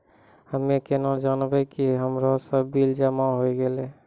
हम्मे केना जानबै कि हमरो सब बिल जमा होय गैलै?